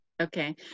Okay